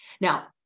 Now